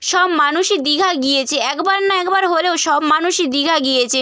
সব মানুষই দীঘা গিয়েছে একবার না একবার হলেও সব মানুষই দীঘা গিয়েছে